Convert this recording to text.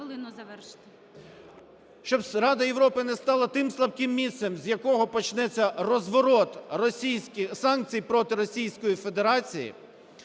Щоб Рада Європи не стала тим слабким місцем, з якого почнеться розворот санкцій проти Російської Федерації,